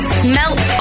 smelt